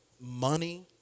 money